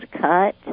cut